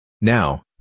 Now